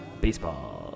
Baseball